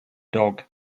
dog